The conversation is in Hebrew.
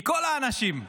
מכל האנשים.